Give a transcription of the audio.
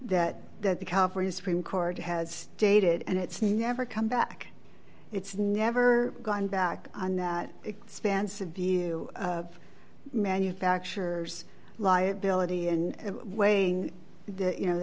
that that the california supreme court has stated and it's never come back it's never gone back on that expansive view of manufacturers liability and weighing you know